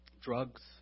drugs